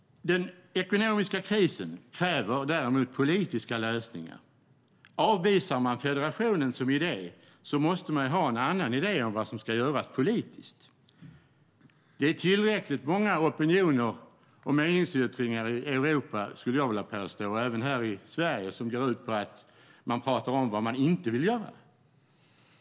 Den ekonomiska krisen kräver däremot politiska lösningar. Avvisar man federationen som idé måste man ha en annan idé om vad som ska göras politiskt. Jag skulle vilja påstå att det finns tillräckligt många opinioner och meningsyttringar i Europa, och även här i Sverige, som går ut på att man pratar om vad man inte vill göra.